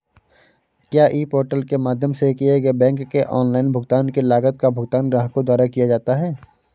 क्या e portal के माध्यम से किए गए बैंक के ऑनलाइन भुगतान की लागत का भुगतान ग्राहकों द्वारा किया जाता है?